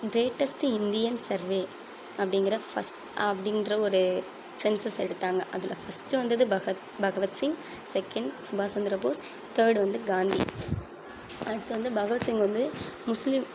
greatest Indian survey அப்படிங்கிற first அப்படின்ற ஒரு சென்சஸ் எடுத்தாங்கள் அதில் ஃபஸ்ட்டு வந்தது பகத் பகவத்சிங் செகண்ட் சுபாஷ் சந்திர போஸ் தேர்டு வந்து காந்தி அடுத்து வந்து பகவத்சிங் வந்து முஸ்லீம்